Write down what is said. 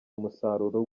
umusaruro